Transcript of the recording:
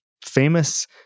Famous